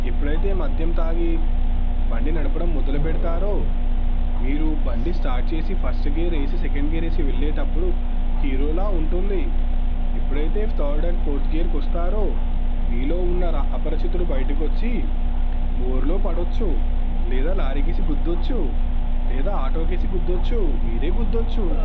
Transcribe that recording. ఎప్పుడైతే మద్యం తాగి బండి నడపడం మొదలు పెడతారో మీరు బండి స్టార్ట్ చేసి ఫస్ట్ గేర్ వేసి సెకండ్ గేర్ వేసి వెళ్ళేటప్పుడు హీరోలా ఉంటుంది ఎప్పుడైతే థర్డ్ అండ్ ఫోర్త్ గేర్కి వస్తారో మీలో ఉన్న రా అపరిచితుడు బయటికి వచ్చి మోరిలో పడవచ్చు లేదా లారీకేసి గుద్దవచ్చు లేదా ఆటోకేసి గుద్దవచ్చు మీరే గుద్దవచ్చు